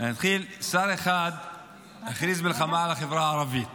אחד הכריז מלחמה על החברה הערבית